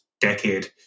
decade